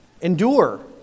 endure